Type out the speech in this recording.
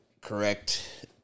correct